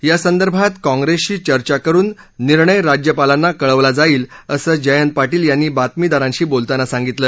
या संदर्भात काँग्रेसशी चर्चा करून निर्णय राज्यपालांना कळवला जाईल असं जयंत पाटील यांनी बातमीदारांशी बोलतांना सांगितलं